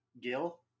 Gil